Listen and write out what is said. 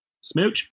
Smooch